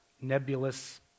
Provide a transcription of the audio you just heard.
nebulous